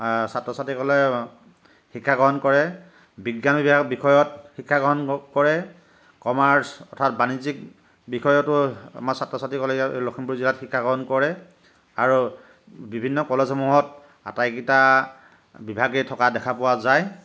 ছাত্ৰ ছাত্ৰীসকলে শিক্ষা গ্ৰহণ কৰে বিজ্ঞান বিষয়ত শিক্ষা গ্ৰহণ কৰে কমাৰ্চ অৰ্থাৎ বাণিজ্যিক বিষয়তো আমাৰ ছাত্ৰ ছাত্ৰীসকলে লখিমপুৰ জিলাত শিক্ষা গ্ৰহণ কৰে আৰু বিভিন্ন কলেজ সমূহত আটাইকেইটা বিভাগেই থকা দেখা পোৱা যায়